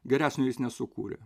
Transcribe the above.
geresnio jis nesukūrė